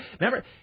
Remember